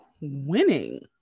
winning